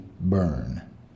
burn